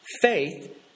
Faith